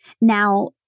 Now